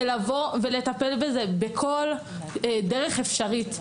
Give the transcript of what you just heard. לטפל בזה בכל דרך אפשרית.